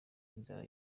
inzara